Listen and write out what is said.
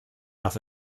darf